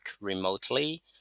remotely